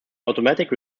automatic